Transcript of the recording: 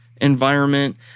environment